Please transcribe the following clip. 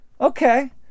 Okay